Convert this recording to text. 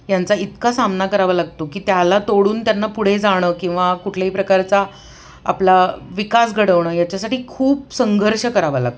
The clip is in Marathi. ह्यांचा इतका सामना करावा लागतो की त्याला तोडून त्यांना पुढे जाणं किंवा कुठल्याही प्रकारचा आपला विकास घडवणं याच्यासाठी खूप संघर्ष करावा लागतो